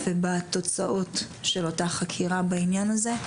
ובתוצאות של אותה חקירה בעניין הזה.